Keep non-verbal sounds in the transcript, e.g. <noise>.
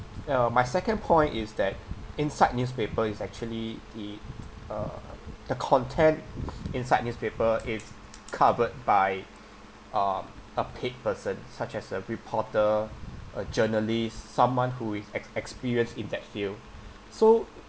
now my second point is that inside newspaper is actually i~ uh the content <breath> inside newspaper it's covered by <breath> um a paid person such as a reporter a journalist someone who is ex~ experience in that field so